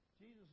Jesus